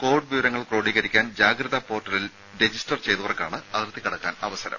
Covid വിവരങ്ങൾ ക്രോഡീകരിക്കാൻ ജാഗ്രത പോർട്ടലിൽ രജിസ്റ്റർ ചെയ്തവർക്കാണ് അതിർത്തി കടക്കാൻ അവസരം